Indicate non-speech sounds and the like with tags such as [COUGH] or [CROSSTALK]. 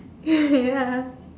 [LAUGHS] ya